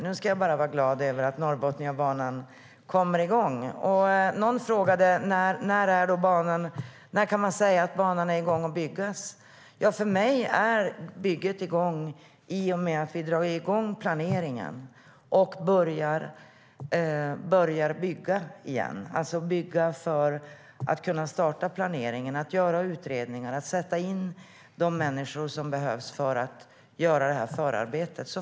Nu ska jag bara vara glad över att Norrbotniabanan kommer igång. Någon frågade: När kan man säga att banan är igång och ska byggas? För mig är bygget igång i och med att vi drar igång planeringen och börjar bygga igen. Vi ska börja bygga, starta planeringen, göra utredningar och sätta in de människor som behövs för att göra förarbetet.